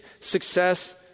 success